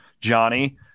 Johnny